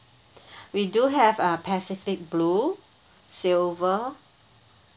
we do have uh pacific blue silver